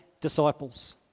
disciples